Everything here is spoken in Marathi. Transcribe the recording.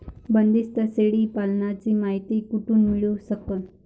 बंदीस्त शेळी पालनाची मायती कुठून मिळू सकन?